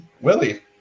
Willie